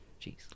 Jeez